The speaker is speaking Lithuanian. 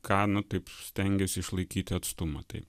ką nu taip stengiasi išlaikyti atstumą tai